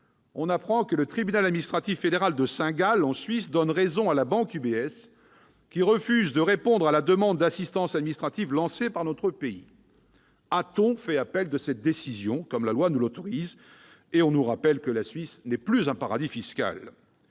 a appris que le tribunal administratif fédéral de Saint-Gall, en Suisse, donnait raison à la banque UBS, qui refuse de répondre à la demande d'assistance administrative lancée par notre pays. A-t-on fait appel de cette décision, comme la loi nous y autorise ? Et l'on nous dit que la Suisse n'est plus un paradis fiscal